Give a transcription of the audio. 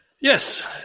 Yes